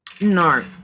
No